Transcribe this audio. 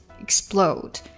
explode